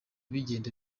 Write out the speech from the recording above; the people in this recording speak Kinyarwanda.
bigenda